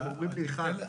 אתם אומרים לי: אחד.